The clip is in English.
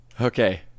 Okay